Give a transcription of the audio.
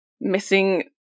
missing